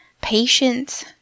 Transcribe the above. patience